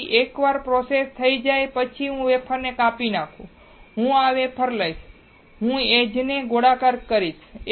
તેથી એકવાર પ્રોસેસ થઈ જાય પછી હું વેફરને કાપી નાખું હું આ વેફર લઈશ અને હું એજ ને ગોળાકાર કરીશ